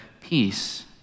Peace